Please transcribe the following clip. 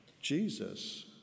Jesus